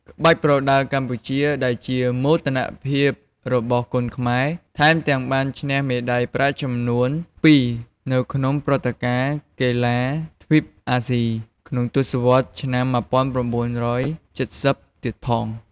ក្បាច់ប្រដាល់កម្ពុជា ដែលជាមោទនភាពរបស់គុនខ្មែរ ថែមទាំងបានឈ្នះមេដាយប្រាក់ចំនួនពីរនៅក្នុងព្រឹត្តិការណ៍កីឡាទ្វីបអាស៊ីក្នុងទសវត្សរ៍ឆ្នាំ ១៩៧០ ទៀតផង។